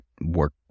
work